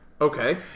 Okay